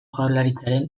jaurlaritzaren